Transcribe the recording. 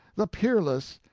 the peerless,